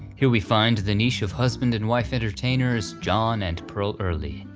here we find the niche of husband and wife entertainers john and pearl early.